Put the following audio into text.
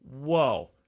Whoa